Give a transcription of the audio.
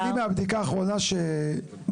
אני מהבדיקה האחרונה שבדקתי,